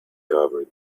covered